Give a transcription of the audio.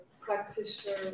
practitioner